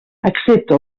accepta